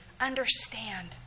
understand